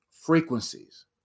Frequencies